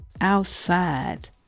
outside